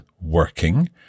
working